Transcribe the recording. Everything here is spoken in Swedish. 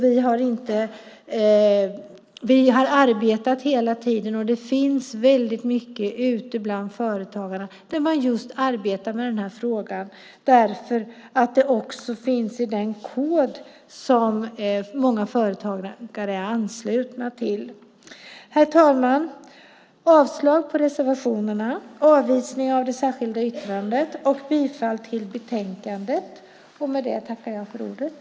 Vi har arbetat hela tiden, och det sker väldigt mycket ute bland företagarna, som just arbetar med den här frågan. Det finns också den kod som många företagare är anslutna till. Herr talman! Jag yrkar avslag på reservationerna, avvisar det särskilda yttrandet och yrkar bifall till förslaget i betänkandet.